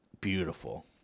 beautiful